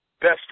best